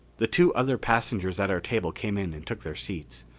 the two other passengers at our table came in and took their seats.